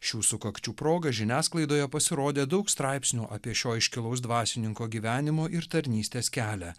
šių sukakčių proga žiniasklaidoje pasirodė daug straipsnių apie šio iškilaus dvasininko gyvenimo ir tarnystės kelią